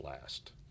last